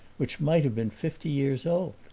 which might have been fifty years old.